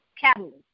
catalyst